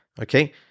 Okay